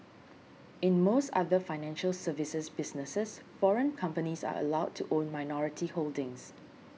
in most other financial services businesses foreign companies are allowed to own minority holdings